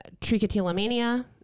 Trichotillomania